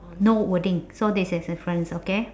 no wording so that's a difference okay